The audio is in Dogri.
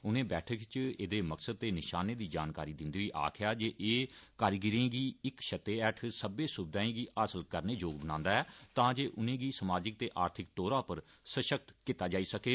उनें बैठक इच एहदे मकसद ते निशाने दी जानकारी दिंदे होई आक्खेया जे एह कारीगिरें गी इक छत्तै हेठ सब्बै स्विधाएं गी हासल करने जोग बनांदा ऐ तां जे उनें गी समाजिक ते आर्थिक तौरा पर सशक्ति कीता जाई सकै